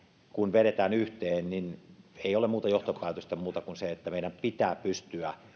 vedetään yhteen niin ei ole muuta johtopäätöstä muuta kuin se että meidän pitää pystyä